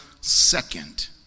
second